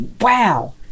wow